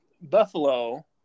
Buffalo